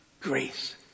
grace